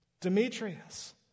Demetrius